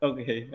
Okay